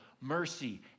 mercy